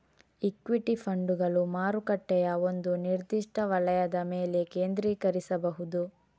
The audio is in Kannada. ಇಕ್ವಿಟಿ ಫಂಡುಗಳು ಮಾರುಕಟ್ಟೆಯ ಒಂದು ನಿರ್ದಿಷ್ಟ ವಲಯದ ಮೇಲೆ ಕೇಂದ್ರೀಕರಿಸಬಹುದು